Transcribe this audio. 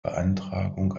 beantragung